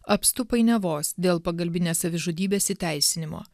apstu painiavos dėl pagalbinės savižudybės įteisinimo